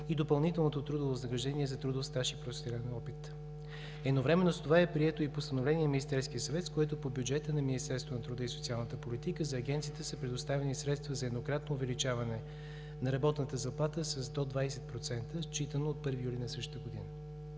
и допълнителното трудово възнаграждение за трудов стаж и професионален опит. Едновременно с това е прието и Постановление на Министерския съвет, с което по бюджета на Министерството на труда и социалната политика за Агенцията са предоставени средства за еднократно увеличаване на работната заплата с до 20%, считано от 1 юли на същата година.